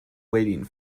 waiting